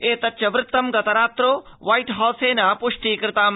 एतच्च वृत्त गतरात्रौ ह्वाइट हाउसेन पृष्टीकृतम्